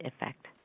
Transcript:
Effect